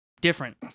different